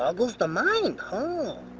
um was the mind